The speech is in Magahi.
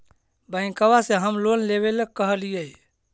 बैंकवा से हम लोन लेवेल कहलिऐ?